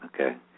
Okay